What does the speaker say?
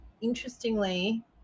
interestingly